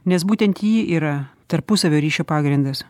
nes būtent ji yra tarpusavio ryšio pagrindas